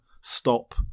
stop